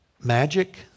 magic